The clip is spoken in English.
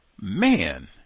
Man